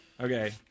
Okay